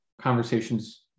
conversations